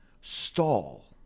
stall